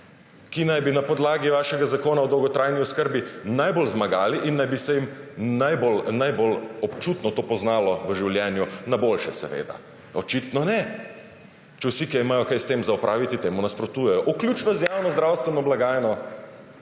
ki naj bi na podlagi vašega Zakona o dolgotrajni oskrbi najbolj zmagali in naj bi se jim najbolj občutno to poznalo v življenju. Na boljše seveda. Očitno ne, če vsi, ki imajo kaj s tem za opraviti, temu nasprotujejo. Vključno z javno zdravstveno blagajno,